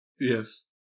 Yes